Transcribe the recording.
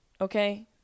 Okay